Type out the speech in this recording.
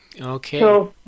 Okay